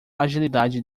agilidade